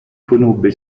conobbe